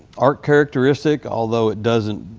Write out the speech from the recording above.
arc characteristic although it doesn't,